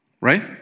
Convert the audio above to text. Right